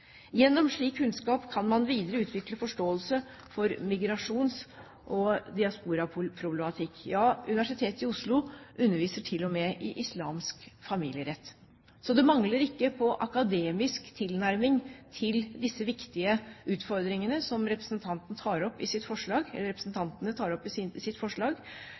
Gjennom slik kunnskap kan man videre utvikle forståelse for migrasjons- og diasporaproblematikk. Ja, Universitetet i Oslo underviser til og med i islamsk familierett. Så det mangler ikke på akademisk tilnærming til disse viktige utfordringene som representantene tar opp i sitt forslag. Det er allerede – ikke minst ved Universitetet i